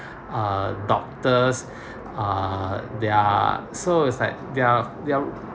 uh doctors uh they are so is like they are they are